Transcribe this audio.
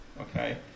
okay